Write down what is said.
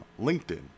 LinkedIn